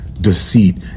deceit